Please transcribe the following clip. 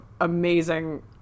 amazing